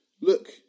Look